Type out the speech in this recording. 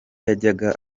yajyaga